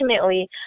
ultimately